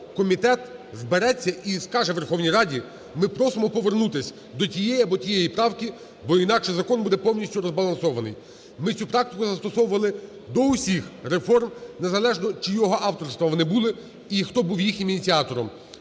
комітет збереться і скаже Верховній Раді: ми просимо повернутись до тієї або тієї правки, бо інакше закон буде повністю розбалансований. Ми цю практику застосовували до усіх реформ, незалежно чийого авторства вони були і хто був їхнім ініціатором.